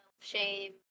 shame